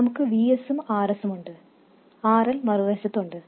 നമുക്ക് Vs ഉം Rs ഉം ഉണ്ട് RL മറുവശത്ത് ഉണ്ട്